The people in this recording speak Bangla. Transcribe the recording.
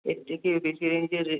এর থেকে বেশি রেঞ্জের